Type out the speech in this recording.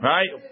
Right